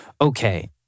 okay